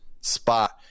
spot